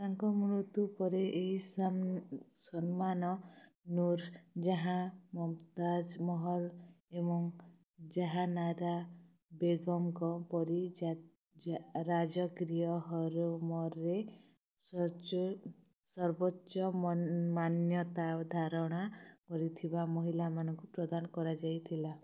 ତାଙ୍କ ମୃତ୍ୟୁ ପରେ ଏହି ସମ୍ମାନ ନୁର ଜାହାନ ମୁମତାଜମହଲ ଏବଂ ଜାହାନାରା ବେଗମଙ୍କ ପରି ରାଜକୀୟ ହରମରେ ସର୍ବୋଚ୍ଚ ମାନ୍ୟତା ଧାରଣ କରିଥିବା ମହିଲାମାନଙ୍କୁ ପ୍ରଦାନ କରାଯାଇଥିଲା